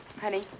Honey